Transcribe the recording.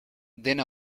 dent